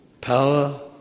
power